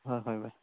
ꯍꯣꯏ ꯍꯣꯏ ꯚꯥꯏ